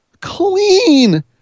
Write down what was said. clean